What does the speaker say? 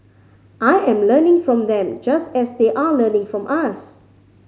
I am learning from them just as they are learning from us